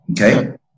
okay